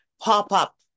pop-up